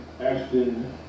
Ashton